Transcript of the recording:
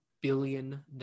billion